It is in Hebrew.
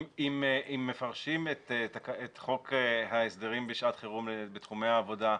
אם מפרשים את חוק ההסדרים בשעת חירום בתחומי העבודה,